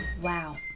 Wow